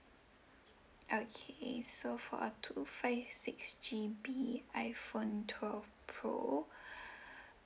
okay so for a two five six G_B iphone twelve pro